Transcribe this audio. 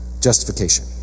justification